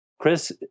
Chris